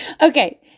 Okay